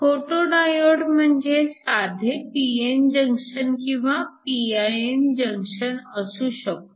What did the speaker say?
photo diode म्हणजे साधे p n junction किंवा pin जंक्शन असू शकतो